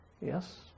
Yes